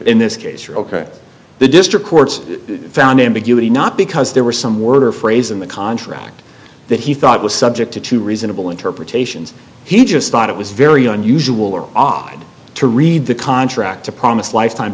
in this case are ok the district courts found ambiguity not because there was some word or phrase in the contract that he thought was subject to two reasonable interpretations he just thought it was very unusual or odd to read the contract to promise lifetime